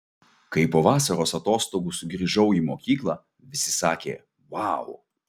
kai po vasaros atostogų sugrįžau į mokyklą visi sakė vau